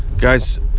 Guys